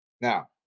Now